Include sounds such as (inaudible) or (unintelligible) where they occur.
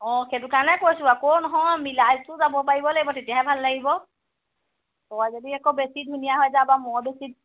অঁ সেইটো কাৰণে কৈছোঁ আকৌ নহয় মিলাইটো যাব পাৰিব লাগিব তেতিয়াহে ভাল লাগিব তই যদি আকৌ বেছি ধুনীয়া হৈ যা বা মই বেছি (unintelligible)